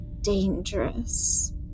dangerous